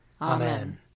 Amen